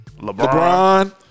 LeBron